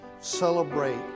celebrate